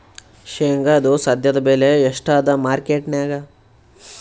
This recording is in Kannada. ಶೇಂಗಾದು ಸದ್ಯದಬೆಲೆ ಎಷ್ಟಾದಾ ಮಾರಕೆಟನ್ಯಾಗ?